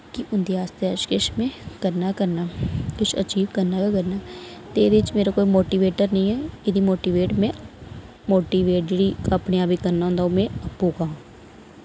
कि उं'दे आस्तै इश किश में करना करना किश अचीव करना गै करना ते एह्दे च मेरा कोई मोटिवेटर नेईं ऐ एह्दी मोटिवेट में मोटिवेट जेह्ड़ी अपने आप गी करना होंदा ओ में आपूं गै आं